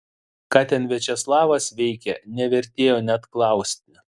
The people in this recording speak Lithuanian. ką ten viačeslavas veikė nevertėjo net klausti